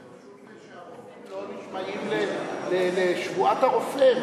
אי-אפשר לתאר את זה פשוט שהרופאים לא נשמעים לשבועת הרופא?